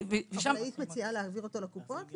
היית מציעה להעביר אותו לקופות?